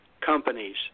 companies